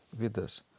Vidas